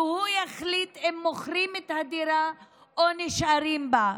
שהוא יחליט אם מוכרים את הדירה או נשארים בה,